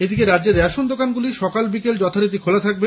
এদিকে রাজ্যের রেশন দোকান গুলি সকাল বিকেল যথারীতি খোলা থাকবে